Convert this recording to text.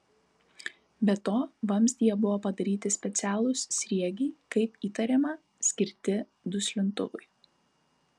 be to vamzdyje buvo padaryti specialūs sriegiai kaip įtariama skirti duslintuvui